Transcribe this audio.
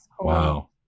Wow